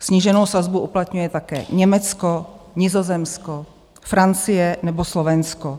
Sníženou sazbu uplatňuje také Německo, Nizozemsko, Francie nebo Slovensko.